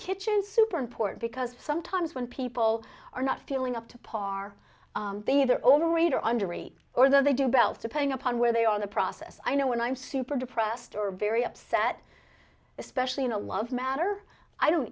kitchen super important because sometimes when people are not feeling up to par they either overweight or underweight or they do belts depending upon where they are in the process i know when i'm super depressed or very upset especially in a love matter i don't